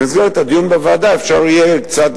ובמסגרת הדיון בוועדה אפשר יהיה קצת